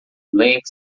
link